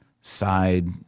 side